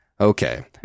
okay